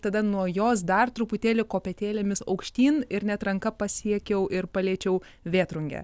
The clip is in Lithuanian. tada nuo jos dar truputėlį kopėtėlėmis aukštyn ir net ranka pasiekiau ir paliečiau vėtrungę